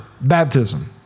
baptism